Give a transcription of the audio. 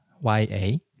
Y-A